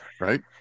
right